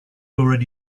already